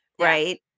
Right